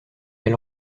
elle